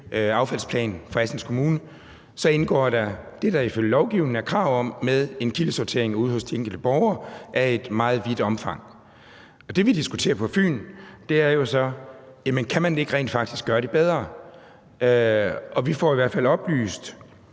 affaldsplan for Assens Kommune, indgår der det, der ifølge lovgivningen er krav om, nemlig en kildesortering af et meget vidt omfang ude hos de enkelte borgere. Det, vi diskuterer på Fyn, er jo så, om man ikke rent faktisk kan gøre det bedre. Vi får i hvert fald oplyst,